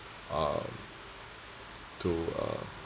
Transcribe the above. um to uh